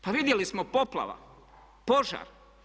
Pa vidjeli smo poplave, požar.